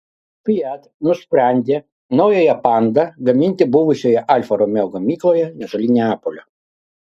fiat nusprendė naująją panda gaminti buvusioje alfa romeo gamykloje netoli neapolio